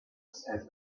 said